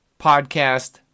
podcast